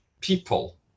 people